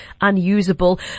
unusable